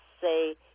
say